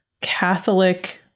Catholic